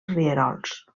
rierols